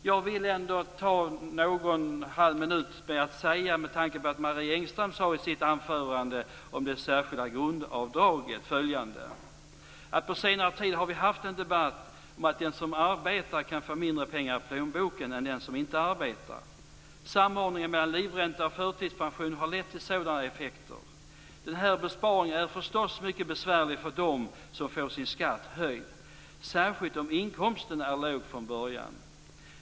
Jag vill ta ytterligare någon minut i anspråk med anledning av det som Marie Engström sade i sitt anförande om det särskilda grundavdraget. På senare tid har vi haft en debatt om att den som arbetar kan få mindre pengar i plånboken än den som inte arbetar. Samordningen mellan livränta och förtidspension har lett till sådana effekter. Den här besparingen är förstås mycket besvärlig för dem som får sin skatt höjd, särskilt om inkomsten är låg från början.